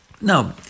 Now